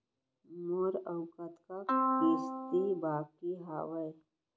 मोर अऊ कतका किसती बाकी हवय?